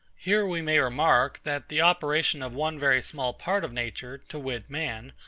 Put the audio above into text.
here we may remark, that the operation of one very small part of nature, to wit man,